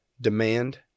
Demand